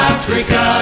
Africa